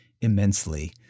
immensely